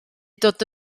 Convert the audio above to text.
dod